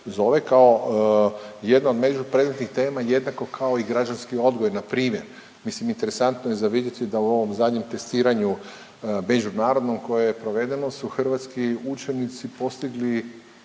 zove, kao jedna od međupredmetnih tema jednako kao i građanski odgoj na primjer. Mislim interesantno je za vidjeti da u ovom zadnjem testiranju međunarodnom koje je provedeno su hrvatski učenici postigli